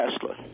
Tesla